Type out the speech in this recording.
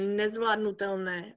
nezvládnutelné